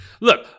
Look